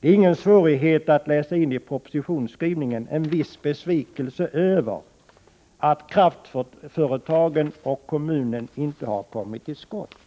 Det är ingen svårighet att av propositionsskrivningen utläsa en viss besvikelse över att kraftföretagen och kommunen inte har kommit till skott.